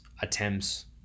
attempts